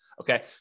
Okay